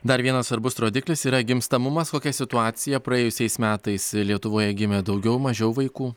dar vienas svarbus rodiklis yra gimstamumas kokia situacija praėjusiais metais lietuvoje gimė daugiau mažiau vaikų